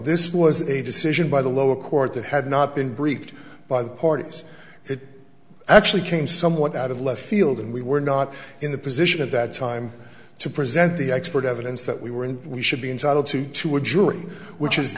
this was a decision by the lower court that had not been briefed by the parties actually came somewhat out of left field and we were not in the position at that time to present the expert evidence that we were in we should be entitled to to a jury which is